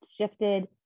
shifted